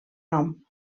nom